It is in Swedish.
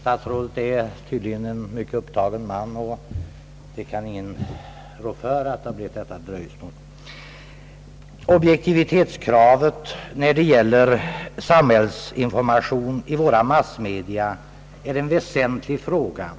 Statsrådet är tydligen en mycket upptagen man — därav dröjsmålet med frågans besvarande. Objektivitetskravet, när det gäller samhällsinformation i våra massmedia, är en väsentlig fråga.